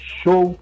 show